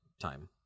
time